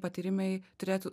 patyrimai turėtų